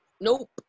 Nope